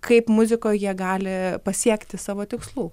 kaip muzikoj jie gali pasiekti savo tikslų